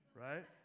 right